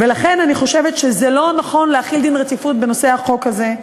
לכן אני חושבת שזה לא נכון להחיל דין רציפות בנושא החוק הזה,